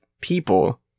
people